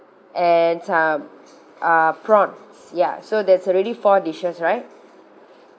and some uh prawns ya so that's already four dishes right